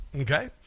okay